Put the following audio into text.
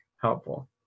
helpful